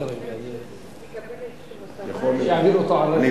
בכל מקרה,